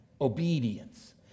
obedience